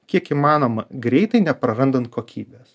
kiek įmanoma greitai neprarandant kokybės